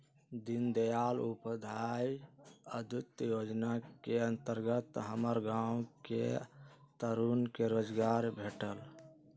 दीनदयाल उपाध्याय अंत्योदय जोजना के अंतर्गत हमर गांव के तरुन के रोजगार भेटल